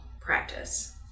practice